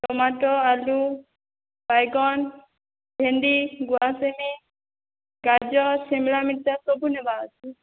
tomato ଆଲୁ ବାଇଗଣ ଭେଣ୍ଡି ଗୁଆଁସେମି ଗାଜର୍ ସିମ୍ଲା ମିର୍ଚା ସବୁ ନେବାର୍ ଅଛେ